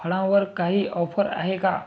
फळांवर काही ऑफर आहे का